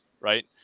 right